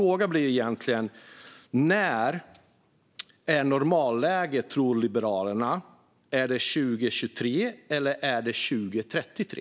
När är normalläget, tror Liberalerna? Är det 2023, eller är det 2033?